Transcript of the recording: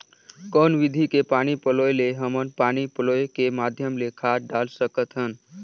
कौन विधि के पानी पलोय ले हमन पानी पलोय के माध्यम ले खाद डाल सकत हन?